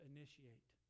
initiate